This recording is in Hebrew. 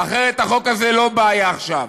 אחרת החוק הזה לא היה בא עכשיו,